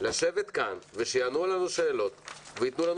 לשבת כאן ושיענו לנו על שאלות ויתנו לנו